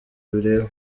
bireba